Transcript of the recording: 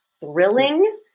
Thrilling